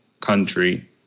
country